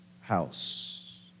house